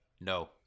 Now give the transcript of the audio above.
No